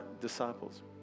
disciples